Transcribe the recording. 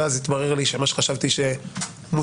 ואז התברר לי שמה שחשבתי שמוסכם,